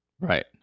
Right